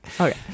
Okay